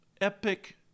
epic